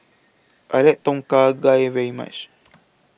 I like Tom Kha Gai very much